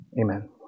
Amen